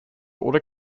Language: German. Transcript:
oder